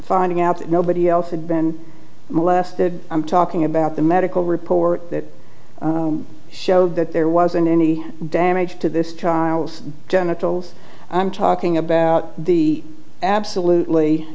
finding out that nobody else had been molested i'm talking about the medical report that showed that there wasn't any damage to this child's genitals i'm talking about the absolutely